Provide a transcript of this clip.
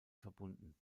verbunden